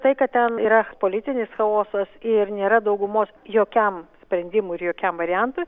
tai kad ten yra politinis chaosas ir nėra daugumos jokiam sprendimui ir jokiam variantui